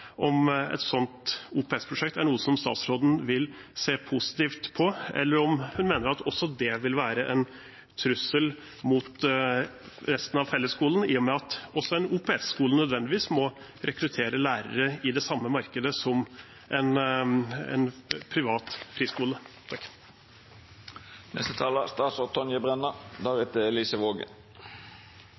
om et slikt OPS-prosjekt er noe som statsråden vil se positivt på, eller om hun mener at også det vil være en trussel mot resten av fellesskolen, i og med at også en OPS-skole nødvendigvis må rekruttere lærere i det samme markedet som en privat friskole.